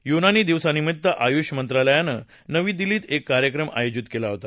युनानी दिवसानिमित्त आयुष मंत्रालयानं नवी दिल्लीत एक कार्यक्रम आयोजित केला आहे